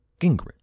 Gingrich